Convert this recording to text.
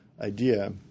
idea